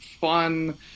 fun